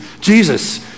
Jesus